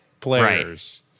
players